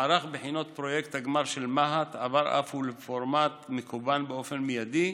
מערך בחינות פרויקט הגמר של מה"ט עבר אף הוא לפורמט מקוון באופן מיידי,